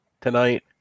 tonight